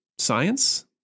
Science